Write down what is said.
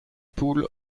poules